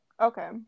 Okay